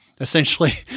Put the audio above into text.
essentially